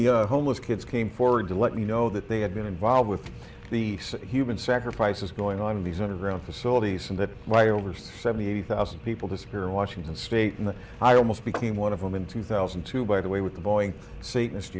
the homeless kids came forward to let me know that they had been involved with the human sacrifices going on in these underground facilities and that my over seventy eighty thousand people disappear in washington state and i almost became one of them in two thousand and two by the way with the boy satanist